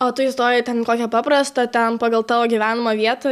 o tu įstojai ten kokią paprastą ten pagal tavo gyvenamą vietą